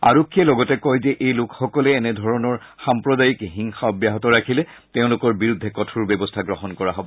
আৰক্ষীয়ে লগতে কয় যে এই লোকসকলে এনেধৰণৰ সাম্প্ৰদায়িক হিংসা অব্যাহত ৰাখিলে তেওঁলোকৰ বিৰুদ্ধে কঠোৰ ব্যৱস্থা গ্ৰহণ কৰা হ'ব